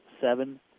seven